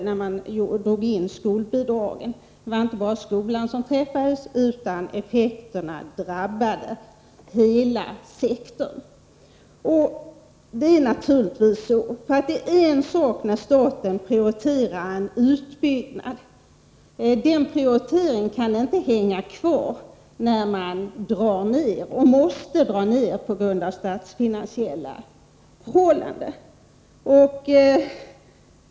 När staten drog in skolbidragen var det inte bara skolan som träffades, utan effekterna drabbade all verksamhet i kommunen. Om staten prioriterar en utbyggnad kan den prioriteringen inte hänga kvar när man måste dra ned på grund av ändrade statsfinansiella förhållanden.